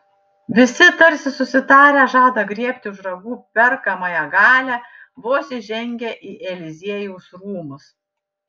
visi tarsi susitarę žada griebti už ragų perkamąją galią vos įžengę į eliziejaus rūmus